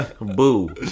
Boo